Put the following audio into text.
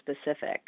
specific